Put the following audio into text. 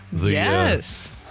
Yes